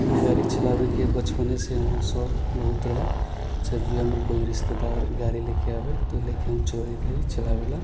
गाड़ी चलाबैके बचपनेसँ हमर शौक बहुत रहे जब भी हमर कोइ रिश्तेदार गाड़ी लएके आबै तऽ ले के हम चलैत रही चलाबै ला